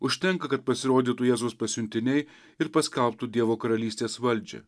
užtenka kad pasirodytų jėzaus pasiuntiniai ir paskelbtų dievo karalystės valdžią